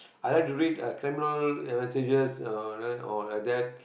I love to read a criminal uh messages or uh you know or like that